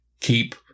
keep